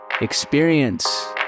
experience